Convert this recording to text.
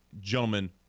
gentlemen